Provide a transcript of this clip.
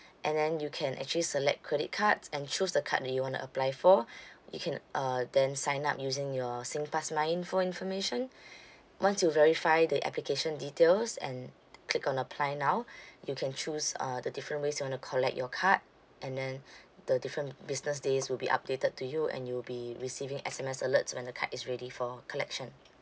and then you can actually select credit cards and choose the card that you want to apply for you can uh then sign up using your singpass myinfo information once you verify the application details and click on apply now you can choose uh the different ways you want to collect your card and then the different business days will be updated to you and you'll be receiving S_M_S alerts when the card is ready for collection